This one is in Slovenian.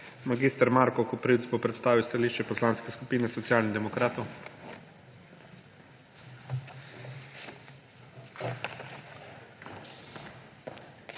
Mag. Marko Koprivc bo predstavil stališče Poslanske skupine Socialnih demokratov.